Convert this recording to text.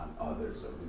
others